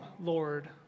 Lord